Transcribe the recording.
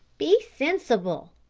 be sensible,